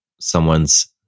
someone's